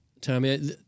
Tommy